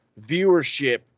viewership